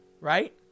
right